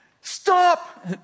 stop